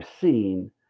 seen